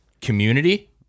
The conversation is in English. community